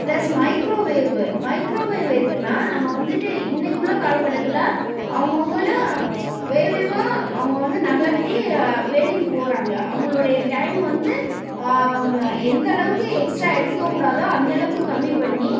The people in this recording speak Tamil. ப்ளஸ் மைக்ரோவேவ்வு மைக்ரோவேவ் எதுக்குன்னால் நம்ம வந்துவிட்டு இன்றைக்கி உள்ள காலக்கட்டத்தில் அவங்க அவங்களே வேக வேகமாக அவங்க வந்து நகர்த்தி வேலைக்குப் போகிறாங்க அவங்களுடைய டைம் வந்து எந்தளவுக்கு எக்ஸ்ட்ரா எடுத்துக்கக் கூடாதோ அந்தளவுக்கு கம்மி பண்ணி